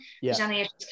Yes